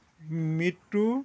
মৃত্যু